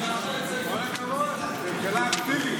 אז --- בבקשה,